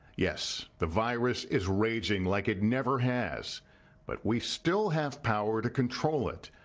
yes, the virus is raging like it never has but we still have power to control it.